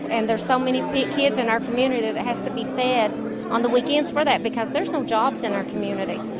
and there are so many kids in our community that has to be fed on the weekends for that because there's no jobs in our community